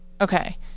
okay